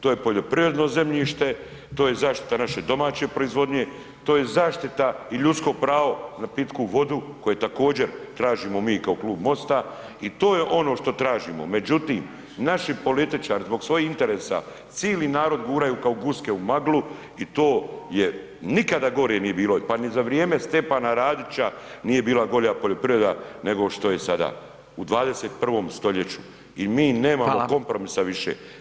To je poljoprivredno zemljište, to je zaštita naše domaće proizvodnje, to je zaštita i ljudsko pravo na pitku vodu koje također, tražimo mi kao Klub Mosta i to je ono što tražimo, međutim, naši političari, zbog svojih interesa, cili narod guraju kao guske u maglu i to je, nikada gore nije bilo, pa ni za vrijeme Stjepana Radića nije bila gora poljoprivreda nego što je sada, u 21. st. i mi nemamo [[Upadica Radin: Hvala.]] kompromisa više.